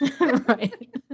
Right